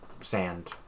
sand